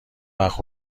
وقت